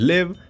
Live